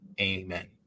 Amen